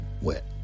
wet